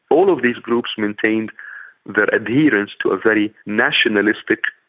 all of these groups maintained their adherence to a very nationalistic,